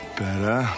better